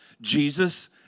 Jesus